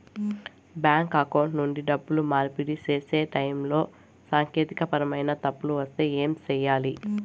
bank account నుండి డబ్బులు మార్పిడి సేసే టైములో సాంకేతికపరమైన తప్పులు వస్తే ఏమి సేయాలి